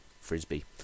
frisbee